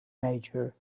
major